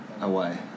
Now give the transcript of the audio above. away